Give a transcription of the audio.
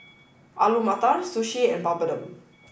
Alu Matar Sushi and Papadum